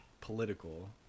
political